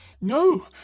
No